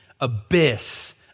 abyss